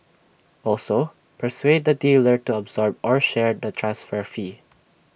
also persuade the dealer to absorb or share the transfer fee